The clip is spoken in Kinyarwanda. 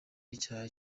icyaha